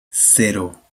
cero